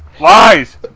Lies